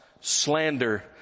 slander